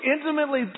intimately